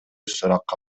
суракка